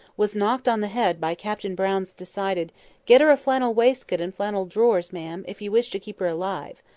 was knocked on the head by captain brown's decided get her a flannel waistcoat and flannel drawers, ma'am, if you wish to keep her alive.